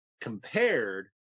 compared